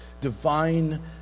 divine